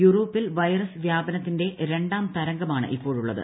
യൂറോപ്പിൽ വൈറസ് വ്യാപനത്തിന്റെ രണ്ടാം തരംഗമാണ് ഇപ്പോഴുള്ളത്